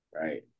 right